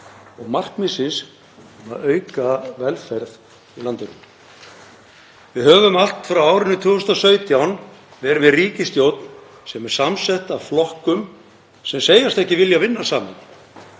og markmiðsins að auka velferð í landinu. Við höfum allt frá árinu 2017 verið með ríkisstjórn sem er samsett af flokkum sem segjast ekki vilja vinna saman.